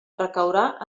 recaurà